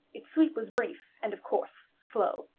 its sweep was brief, and of course slow.